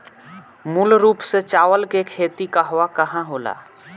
मूल रूप से चावल के खेती कहवा कहा होला?